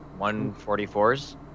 144s